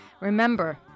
Remember